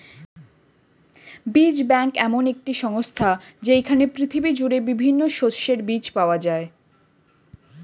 বীজ ব্যাংক এমন একটি সংস্থা যেইখানে পৃথিবী জুড়ে বিভিন্ন শস্যের বীজ পাওয়া যায়